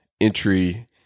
entry